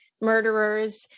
murderers